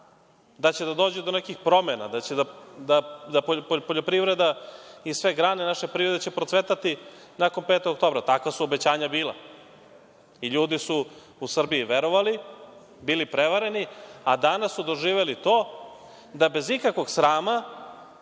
da će da dođe do nekih promena, da će poljoprivreda i sve grane naše privrede procvetati nakon 5. oktobra, takva su obećanja bila i ljudi su u Srbiji verovali, bili prevareni, a danas su doživeli to da bez ikakvog srama,